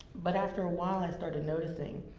but after a while, i started noticing.